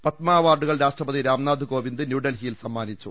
പത്മ അവാർഡുകൾ രാഷ്ട്രപതി രാംനാഥ് കോവിന്ദ് ന്യൂഡൽഹി യിൽ സമ്മാനിച്ചു